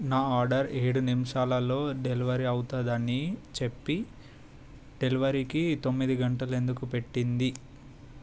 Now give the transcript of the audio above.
నా ఆర్డరు ఏడు నిమిషాలల్లో డెలివర్ అవుతుందని చెప్పి డెలివరీకి తొమ్మిది గంటలు ఎందుకు పట్టింది